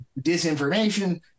disinformation